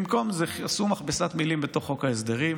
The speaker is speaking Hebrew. במקום זה עשו מכבסת מילים בתוך חוק ההסדרים,